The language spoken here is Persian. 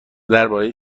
درباره